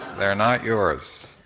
they're not yours.